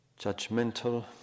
judgmental